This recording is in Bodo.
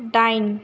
दाइन